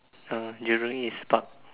oh Jurong east Park